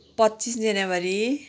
पच्चिस जनवरी